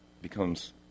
becomes